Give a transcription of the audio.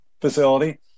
facility